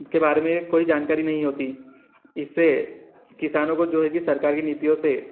के बारे में कोई जानकारी नहीं होती इससे किसानों को जो है कि सरकार की नीतियों से